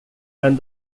and